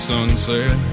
sunset